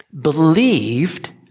believed